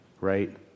right